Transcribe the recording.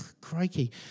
crikey